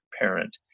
parent